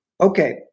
Okay